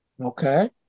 Okay